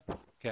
כן.